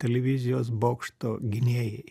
televizijos bokšto gynėjai